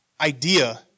idea